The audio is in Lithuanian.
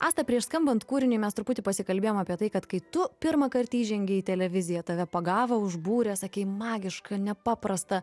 asta prieš skambant kūriniui mes truputį pasikalbėjom apie tai kad kai tu pirmąkart įžengei į televiziją tave pagavo užbūrė sakei magiška nepaprasta